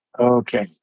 Okay